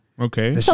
Okay